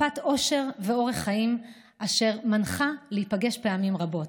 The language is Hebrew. מפת אושר ואורח חיים אשר מנחה להיפגש פעמים רבות,